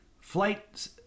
flight